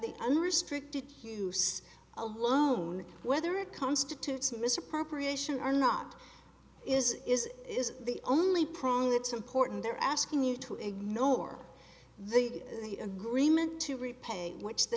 the unrestricted use alone whether it constitutes misappropriation are not is is is the only prong that's important they're asking you to ignore the agreement to repay which the